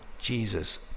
Jesus